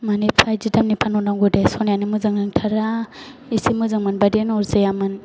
मानो एफा बिदि दामनि फानहरनांगौ दे सनायानो मोजां नंथारा एसे मोजां मोनबा दि अरजायामोन